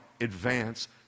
advance